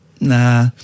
Nah